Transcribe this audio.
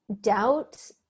doubt